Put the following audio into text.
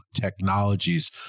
technologies